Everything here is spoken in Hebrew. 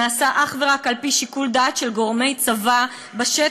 שנעשה אך ורק על-פי שיקול דעת של גורמי צבא בשטח.